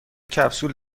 کپسول